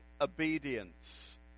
obedience